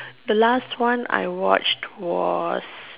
the last one I watched was